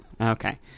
Okay